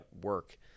work